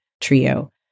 Trio